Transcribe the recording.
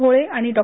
भोळे आणि डॉ